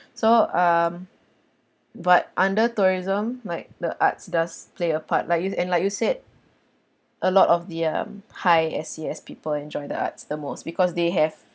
so um but under tourism like the arts does play a part like you and like you said a lot of the um high S_E_S people enjoy the arts the most because they have